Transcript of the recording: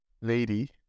lady